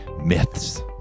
myths